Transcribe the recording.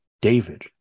David